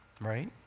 right